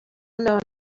have